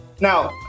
Now